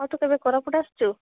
ହଁ ତୁ କେବେ କୋରାପୁଟ ଆସ